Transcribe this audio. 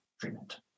treatment